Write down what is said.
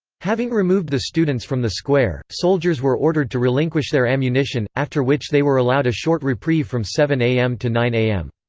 having removed the students from the square, soldiers were ordered to relinquish their ammunition, after which they were allowed a short reprieve from seven am to nine am.